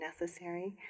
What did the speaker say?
necessary